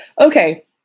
Okay